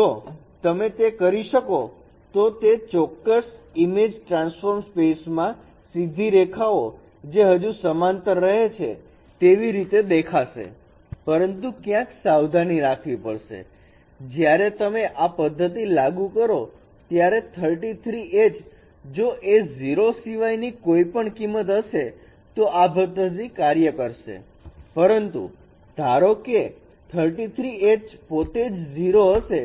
જો તમે તે કરી શકો તો તે ચોક્કસ ઈમેજ ટ્રાન્સફોર્મ સ્પેસમાં સીધી રેખાઓ જે હજુ સમાંતર રહે છે તેવી રીતે દેખાશે પરંતુ ક્યાંક સાવધાની રાખવી પડશે જ્યારે તમે આ પદ્ધતિ લાગુ કરો ત્યારે 33 h જો એ 0 સિવાયની કોઇપણ કિંમત હશે તો આ પદ્ધતિ કાર્ય કરશે પરંતુ ધારો કે 33 h પોતેજ 0 હશે